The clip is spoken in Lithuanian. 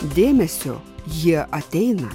dėmesio jie ateina